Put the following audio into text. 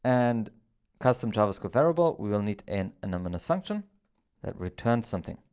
and custom javascript variable, we will need an anonymous function that returns something.